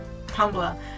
Tumblr